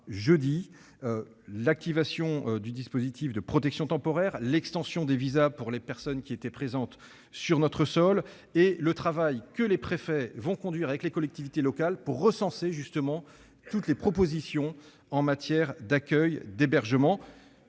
sur l'activation du dispositif de protection temporaire, sur l'extension des visas pour les personnes qui sont présentes sur notre sol, et sur le travail que les préfets conduiront avec les collectivités locales pour recenser toutes les propositions en matière d'accueil et d'hébergement.